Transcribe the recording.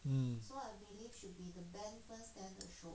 mm